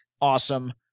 Awesome